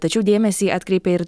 tačiau dėmesį atkreipė ir